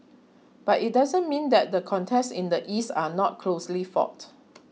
but it doesn't mean that the contests in the East are not closely fought